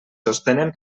sostenen